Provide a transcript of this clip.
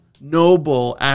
noble